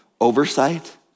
oversight